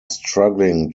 struggling